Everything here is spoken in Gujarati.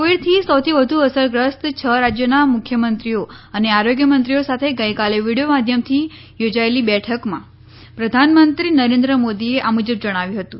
કોવિડથી સૌથી વધુ અસરગ્રસ્ત છ રાજ્યોના મુખ્યમંત્રીઓ અને આરોગ્યમંત્રીઓ સાથે ગઈકાલે વીડિયો માધ્યમથી યોજાયેલી બેઠકમાં પ્રધાનમંત્રી નરેન્દ્ર મોદીએ આ મુજબ જણાવ્યું હતું